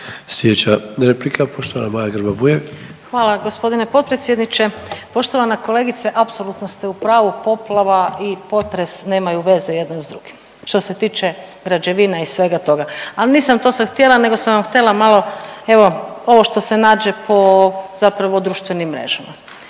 Sljedeća replika, poštovana Maja Grba-Bujević. **Grba-Bujević, Maja (HDZ)** Hvala g. potpredsjedniče. Poštovana kolegice, apsolutno ste u pravu, poplava i potres nemaju veze jedna s drugim, što se tiče građevine i svega toga, ali nisam to sad htjela, nego sam vam htjela malo evo, ovo što se naše po zapravo društvenim mrežama.